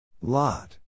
Lot